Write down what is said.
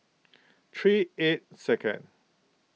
three eight second